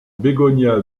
bégonia